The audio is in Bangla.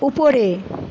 উপরে